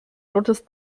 rotes